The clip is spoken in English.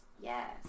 yes